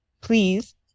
please